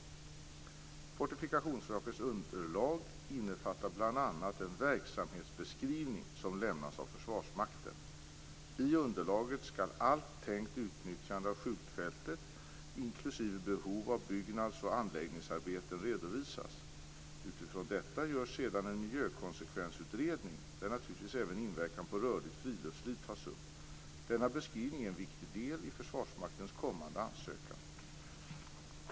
Fortifikationsverkets underlag innefattar bl.a. en verksamhetsbeskrivning som lämnas av Försvarsmakten. I underlaget skall allt tänkt utnyttjande av skjutfältet inklusive behov av byggnads och anläggningsarbeten redovisas. Utifrån detta görs sedan en miljökonsekvensutredning, där naturligtvis även inverkan på rörligt friluftsliv tas upp. Denna beskrivning är en viktig del i Försvarsmaktens kommande ansökan.